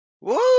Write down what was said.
Woo